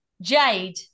Jade